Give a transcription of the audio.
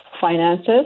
finances